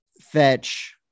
fetch